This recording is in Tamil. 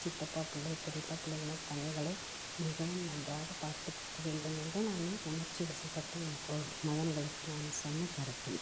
சித்தப்பா பிள்ளை பெரியப்பா பிள்ளைகளை தங்கைகளை மிகவும் நன்றாக பார்த்துக்கொள்ள வேண்டும் என்று நான் உணர்ச்சி வசப்பட்டு என் கொ மகன்களுக்கு நான் சொன்ன கருத்து இது